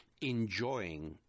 enjoying